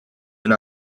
and